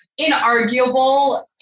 inarguable